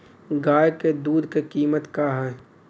गाय क दूध क कीमत का हैं?